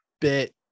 bit